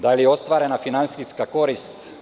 Da li je ostvarena finansijska korist?